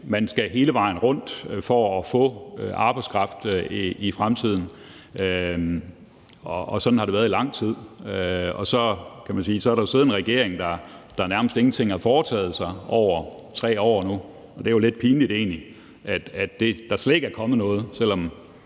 Man skal hele vejen rundt for at få arbejdskraft i fremtiden. Og sådan har det været i lang tid. Så kan man sige, at der har siddet en regering, der nærmest ingenting har foretaget sig i nu 3 år, og det er jo egentlig lidt pinligt, at der slet ikke er kommet noget, selv om